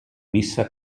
missa